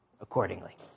accordingly